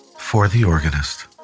for the organist,